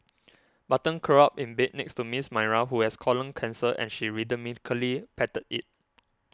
Button curled up in bed next to Miss Myra who has colon cancer and she rhythmically patted it